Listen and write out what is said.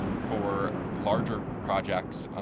for larger projects,